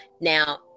Now